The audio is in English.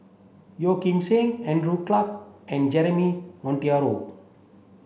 Yeo Kim Seng Andrew Clarke and Jeremy Monteiro